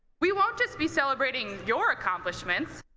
we won't just be celebrating your accomplishments,